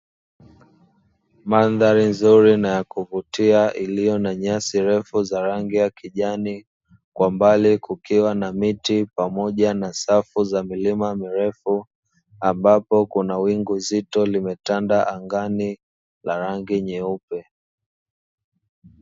Mandhari nzuri na ya kuvutia iliyo na nyasi ndefu za rangi ya kijani kwa mbali kukiwa na miti pamoja na safu za milima mirefu, ambapo kuna wingu zito limetanda angani la rangi nyeupe.